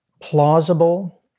plausible